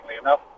enough